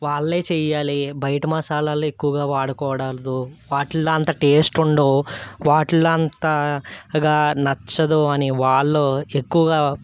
వాళ్ళే చేయాలి బయట మసాలాలు ఎక్కువగా వాడుకోవద్దు వాటిల్లో అంత టేస్ట్ ఉండవు వాటిల్లో అంతగా నచ్చదు అని వాళ్ళు ఎక్కువగా